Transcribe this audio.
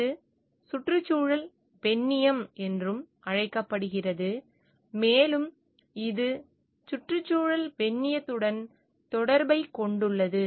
இது சுற்றுச்சூழல் பெண்ணியம் என்றும் அழைக்கப்படுகிறது மேலும் இது சுற்றுச்சூழல் பெண்ணியத்துடன் தொடர்பைக் கொண்டுள்ளது